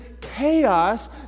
chaos